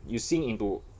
you sink into